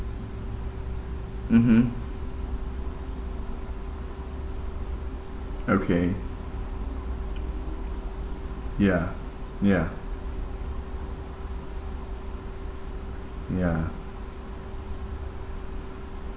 mmhmm okay ya ya ya